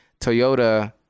Toyota